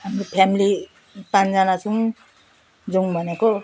हाम्रो फ्यामिली पाँचजना छौँ जाऊँ भनेको